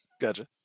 Gotcha